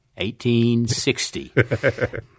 1860